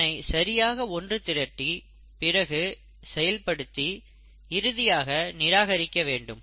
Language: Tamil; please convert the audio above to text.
இதனை சரியாக ஒன்று திரட்டி பிறகு செயல்படுத்தி இறுதியாக நிராகரிக்க வேண்டும்